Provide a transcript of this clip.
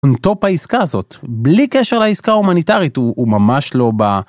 און טופ העסקה הזאת, בלי קשר לעסקה ההומניטרית, הוא ממש לא ב...